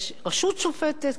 יש רשות שופטת,